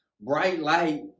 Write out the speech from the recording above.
bright-light